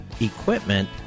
equipment